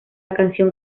canción